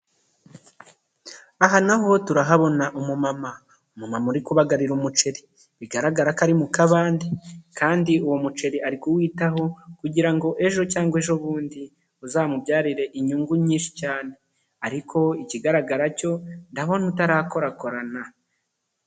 Aha naho turahabona umumama, umumama uri kubagarira umuceri, bigaragara ko ari mu kabande kandi uwo muceri ari kuwitaho kugira ngo ejo cyangwa ejobundi, uzamubyarire inyungu nyinshi cyane ariko ikigaragara cyo ndabona utarakorakorana.